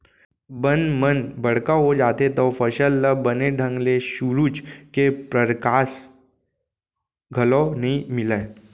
बन मन बड़का हो जाथें तव फसल ल बने ढंग ले सुरूज के परकास घलौ नइ मिलय